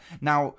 Now